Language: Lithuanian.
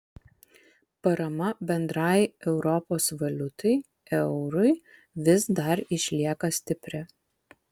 parama bendrai europos valiutai eurui vis dar išlieka stipri